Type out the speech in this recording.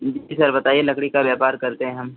जी sir बताइए लकड़ी का व्यापार करते हम